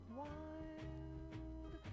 wild